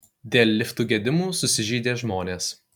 dėl liftų gedimų susižeidė žmonės